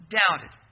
doubted